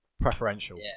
preferential